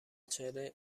چهره